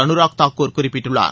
அனுராக் தாகூர் குறிப்பிட்டுள்ளார்